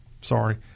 sorry